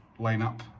lineup